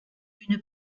une